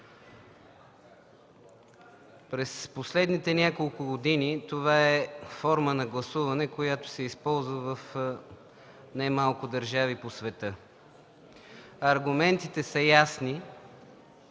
през последните няколко години това е форма на гласуване, която се използва в немалко държави по света. ДОКЛАДЧИК МАЯ